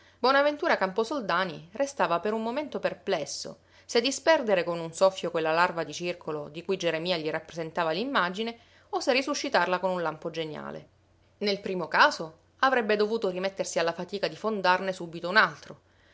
bisunto bonaventura camposoldani restava per un momento perplesso se disperdere con un soffio quella larva di circolo di cui geremia gli rappresentava l'immagine o se risuscitarla con un lampo geniale nel primo caso avrebbe dovuto rimettersi alla fatica di fondarne subito un altro